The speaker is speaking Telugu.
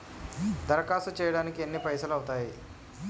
దరఖాస్తు చేయడానికి ఎన్ని పైసలు అవుతయీ?